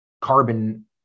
carbon